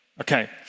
Okay